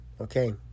Okay